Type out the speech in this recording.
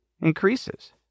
increases